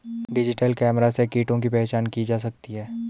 digital camera से कीटों की पहचान की जा सकती है